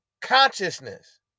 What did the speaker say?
consciousness